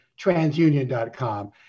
transunion.com